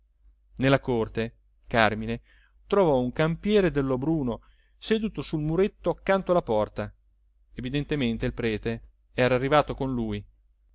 nella corte càrmine trovò un campiere del lobruno seduto sul muretto accanto alla porta evidentemente il prete era arrivato con lui